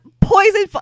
poison